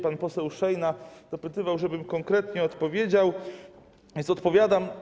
Pan poseł Szejna dopytywał, żebym konkretnie odpowiedział, więc odpowiadam.